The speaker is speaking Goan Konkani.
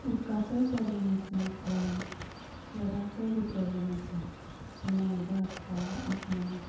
उदकाचोय प्रोब्लम आसना गांवांत शहरांतय बी प्रोब्लम आसा केन्ना उदक आसता आसना